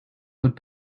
would